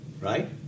Right